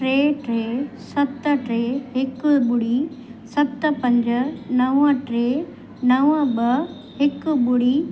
टे टे सत टे हिकु ॿुड़ी सत पंज नव टे नव ॿ हिकु ॿुड़ी